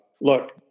look